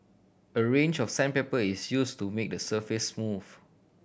a range of sandpaper is use to make the surface smooth